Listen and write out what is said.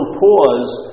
pause